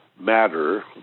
matter